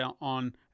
on